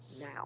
now